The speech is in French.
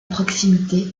proximité